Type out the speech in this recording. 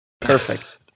Perfect